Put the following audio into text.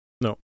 No